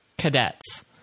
cadets